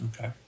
Okay